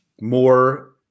more